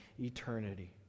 eternity